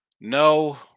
no